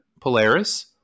Polaris